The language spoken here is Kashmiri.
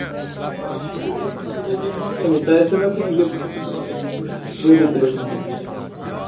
آ بہٕ سوزو ییٚکیاہ بہٕ سوزو ییٚکیاہ برٛونٛہہ کالی تۄہہِ ٲسوٕ مےٚ فون کیٛاہ بہٕ سُہ تۄہہِ برونٛہہ کَنی تہٕ وٲلِو تُہۍ اگر بَناوُن